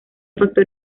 factor